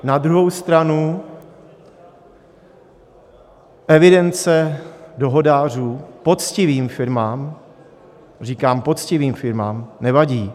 Na druhou stranu, evidence dohodářů poctivým firmám, říkám poctivým firmám, nevadí.